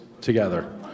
together